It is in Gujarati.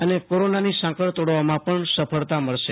અને સ્કોરોનાની સાંકળ તોડવામાં પણ સફળતા મળશે